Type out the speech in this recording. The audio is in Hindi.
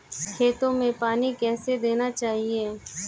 खेतों में पानी कैसे देना चाहिए?